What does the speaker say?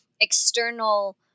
external